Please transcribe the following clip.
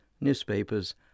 newspapers